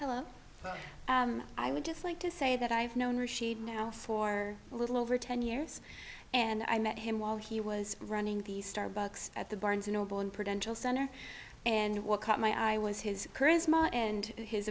hello i would just like to say that i've known rashid now for a little over ten years and i met him while he was running the starbucks at the barnes and noble in prevention center and what caught my eye was his charisma and his